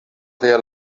feia